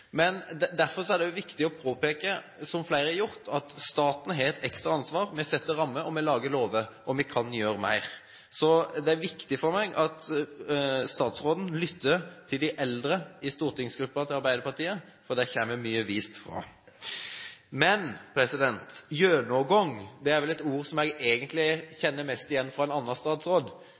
Derfor er det viktig – slik flere har gjort – å påpeke at staten har et ekstra ansvar: Vi setter rammer og lager lover. Vi kan gjøre mer. Så det er viktig for meg at statsråden lytter til de eldre i Arbeiderpartiets stortingsgruppe, for det kommer mye vist derfra. Men «gjennomgang» er egentlig et ord jeg kjenner best igjen fra en annen statsråd,